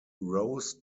rose